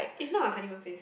it's not a honeymoon place